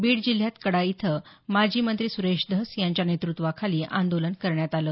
बीड जिल्ह्यात कडा इथं माजी मंत्री सुरेश धस यांच्या नेतृत्त्वाखाली आंदोलन करण्यात आलं